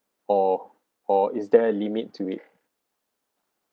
or or is there a limit to it